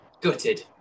gutted